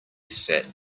sat